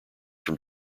from